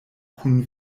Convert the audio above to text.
kun